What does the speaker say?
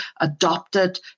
adopted